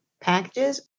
packages